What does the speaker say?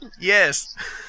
Yes